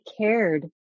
cared